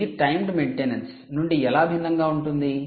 ఇది timed maintenance నుండి ఎలా భిన్నంగా ఉంటుంది